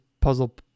puzzle